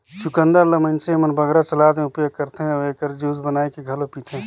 चुकंदर ल मइनसे मन बगरा सलाद में उपयोग करथे अउ एकर जूस बनाए के घलो पीथें